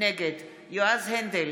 נגד יועז הנדל,